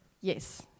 Yes